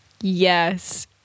Yes